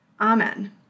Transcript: Amen